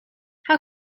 how